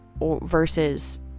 versus